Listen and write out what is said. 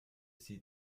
sie